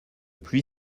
pluie